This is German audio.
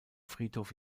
friedhof